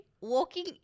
walking